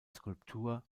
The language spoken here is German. skulptur